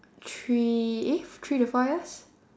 three eh f~ three to four years